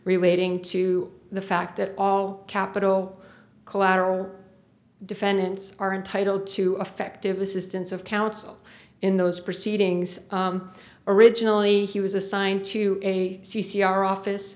relating to the fact that all capital collateral defendants are entitled to affective assistance of counsel in those proceedings originally he was assigned to a c c r office